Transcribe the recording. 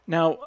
Now